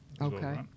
Okay